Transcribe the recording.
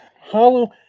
hollow